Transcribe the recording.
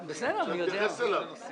שזה גם על שמו של הנשיא